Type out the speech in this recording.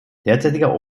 derzeitiger